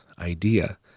idea